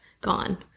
gone